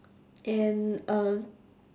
and uh